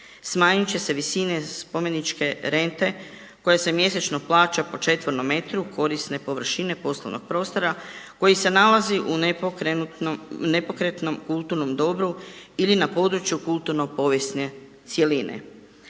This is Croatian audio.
Smanjit će se visine spomeničke rente koje se mjesečno plaća po četvornom metru korisne površine poslovnog prostora koji se nalazi u nepokretnom kulturnom dobru ili na području kulturno-povijesne cjeline.